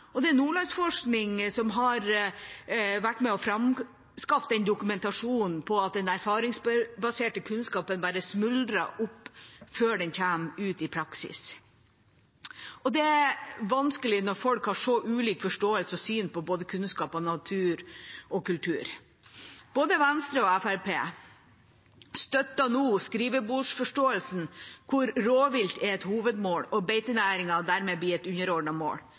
Nordlandsforskning har vært med på å framskaffe dokumentasjonen på at den erfaringsbaserte kunnskapen bare smuldrer opp før den blir satt ut i praksis. Det er vanskelig når folk har så ulik forståelse og syn på både kunnskap, natur og kultur. Både Venstre og Fremskrittspartiet støtter nå skrivebordsforståelsen, hvor rovvilt er et hovedmål, og beitenæringen dermed blir et underordnet mål.